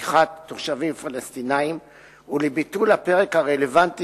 לנסיעת תושבים פלסטינים ולביטול הפרק הרלוונטי